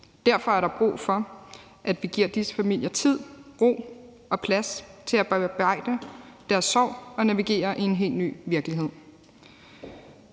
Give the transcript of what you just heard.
Derfor er der brug for, at vi giver disse familier tid, ro og plads til at bearbejde deres sorg og navigere i en helt ny virkelighed.